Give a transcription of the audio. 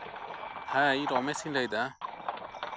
ᱦᱮᱸ ᱤᱧ ᱨᱚᱢᱮᱥᱤᱧ ᱞᱟᱹᱭᱮᱫᱟ